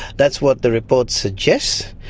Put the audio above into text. that's what the report suggests.